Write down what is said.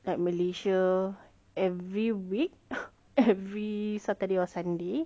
like malaysia every week every saturday or sunday